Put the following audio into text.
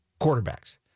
quarterbacks